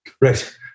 Right